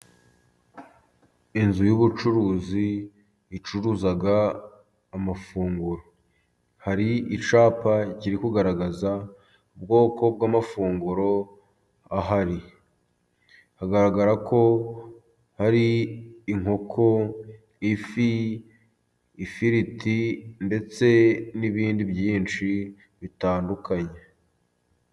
Inzu y'ubucuruzi icuruza amafunguro. Hari icyapa kiri kugaragaza ubwoko bw'amafunguro ahari. Hagaragara ko hari inkoko, ifi, ifiriti, ndetse n'ibindi byinshi bitandukanye.